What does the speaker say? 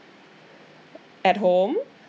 at home